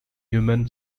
human